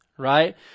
Right